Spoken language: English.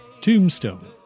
Tombstone